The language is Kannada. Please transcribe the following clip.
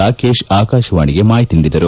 ರಾಕೇಶ್ ಆಕಾಶವಾಣಿಗೆ ಮಾಹಿತಿ ನೀಡಿದ್ದಾರೆ